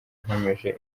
nkomeje